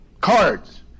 cards